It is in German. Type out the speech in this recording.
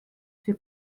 für